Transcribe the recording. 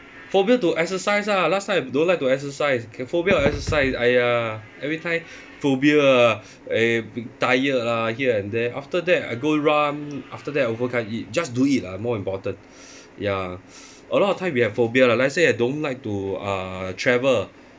phobia to exercise lah last time I don't like to exercise can phobia of exercise !aiya! every time phobia ah eh tired lah here and there after that I go run after that overcome it just do it lah more important ya a lot of time we have phobia lah let's say I don't like to uh travel